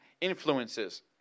influences